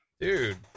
Dude